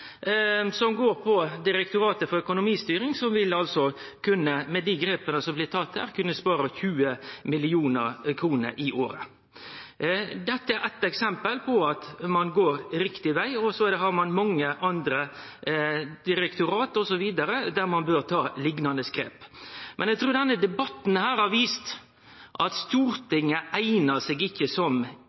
kunne spare 20 mill. kr i året. Dette er eit eksempel på at ein går riktig veg, og ein har mange andre direktorat der ein bør ta liknande grep. Eg trur denne debatten har vist at Stortinget ikkje eignar seg som arena for å ta denne typen diskusjonar om effektivisering og avbyråkratisering. Eg er overtydd om at dei grepa som